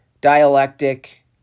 dialectic